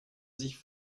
sich